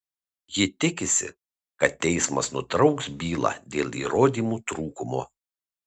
ji tikisi kad teismas nutrauks bylą dėl įrodymų trūkumo